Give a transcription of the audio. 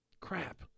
crap